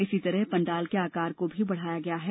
इसी तरह पंडाल के आकार को भी बंढ़ा दिया है